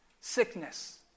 sickness